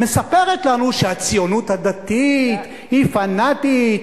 מספרת לנו שהציונות הדתית היא פנאטית,